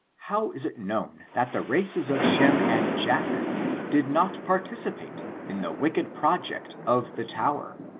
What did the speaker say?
how is it known that the races of shem and japheth did not participate in the wicked project of the tower?